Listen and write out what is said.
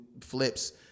flips